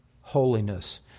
holiness